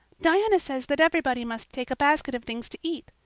diana says that everybody must take a basket of things to eat.